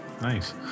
Nice